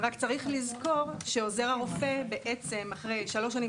רק צריך לזכור שעוזר הרופא אחרי שלוש שנים